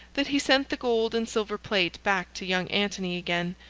that he sent the gold and silver plate back to young antony again,